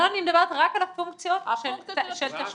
אני מדברת רק על הפונקציות של תשלומים.